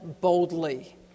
boldly